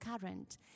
current